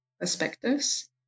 perspectives